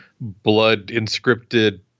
blood-inscripted